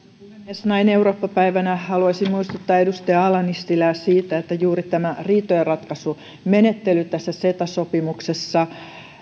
puhemies näin eurooppa päivänä haluaisin muistuttaa edustaja ala nissilää siitä että juuri tämä riitojenratkaisumenettely tässä ceta sopimuksessa